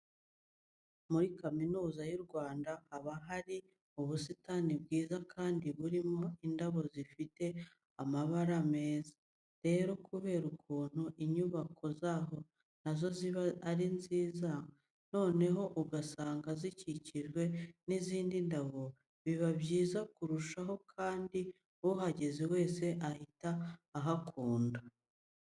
Muri Kaminuza y'u Rwanda haba hari ubusitani bwiza kandi burimo n'indabo zifite amabara meza. Rero kubera ukuntu inyubako zaho na zo ziba ari nziza noneho ugasanga zikikijwe n'izi ndabo, biba byiza kurushaho kandi uhageze wese ahita ahakunda.